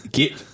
get